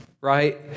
right